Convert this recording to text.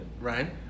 Ryan